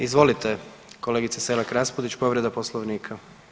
Izvolite kolegice Selak Raspudić, povreda Poslovnika.